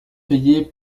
payés